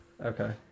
okay